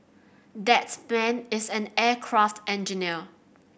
that man is an aircraft engineer